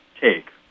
take